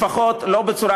לפחות לא בצורה,